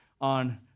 on